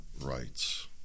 rights